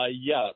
Yes